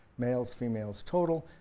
males females total,